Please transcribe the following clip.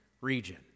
region